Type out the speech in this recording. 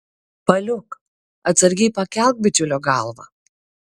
paliuk atsargiai pakelk bičiulio galvą